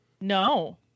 No